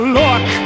look